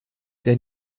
der